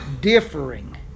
differing